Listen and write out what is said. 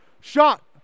Shot